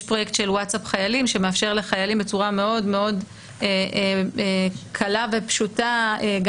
יש פרויקט של וואטסאפ חיילים שמאפשר לחיילים בצורה קלה ופשוטה מאוד,